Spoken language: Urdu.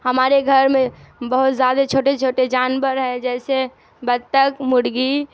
ہمارے گھر میں بہت زیادہ چھوٹے چھوٹے جانور ہیں جیسے بطخ مرغی